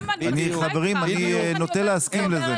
אני נוטה להסכים לזה.